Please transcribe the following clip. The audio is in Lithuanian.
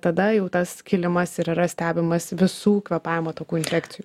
tada jau tas kilimas ir yra stebimas visų kvėpavimo takų infekcijų